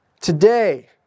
Today